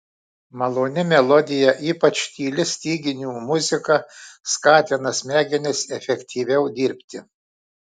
maloni melodija ypač tyli styginių muzika skatina smegenis efektyviau dirbti